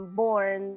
born